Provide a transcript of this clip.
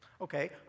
Okay